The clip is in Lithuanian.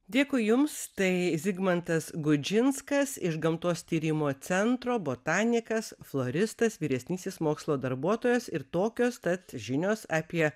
dėkui jums tai zigmantas gudžinskas iš gamtos tyrimo centro botanikas floristas vyresnysis mokslo darbuotojas ir tokios tad žinios apie